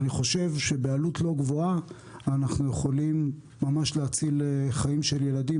אני חושב שבעלות לא גבוהה אנחנו יכולים ממש להציל חיים של ילדים,